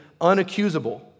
unaccusable